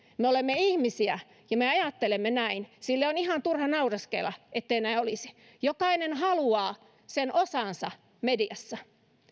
me olemme ihmisiä ja me ajattelemme näin sille on ihan turha naureskella ettei näin olisi jokainen haluaa sen osansa mediassa